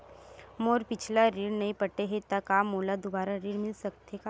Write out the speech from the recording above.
मोर पिछला ऋण नइ पटे हे त का मोला दुबारा ऋण मिल सकथे का?